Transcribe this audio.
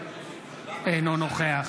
אינו נוכח